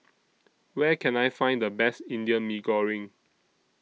Where Can I Find The Best Indian Mee Goreng